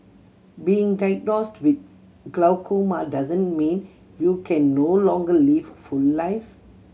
being diagnosed with glaucoma doesn't mean you can no longer live full life